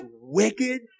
wicked